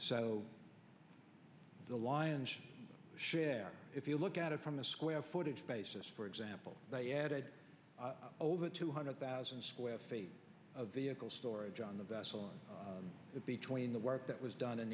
so the lion's share if you look at it from a square footage basis for example they added over two hundred thousand square feet of vehicle storage on the vessel between the work that was done in